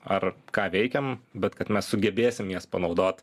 ar ką veikiam bet kad mes sugebėsim jas panaudot